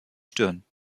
stirn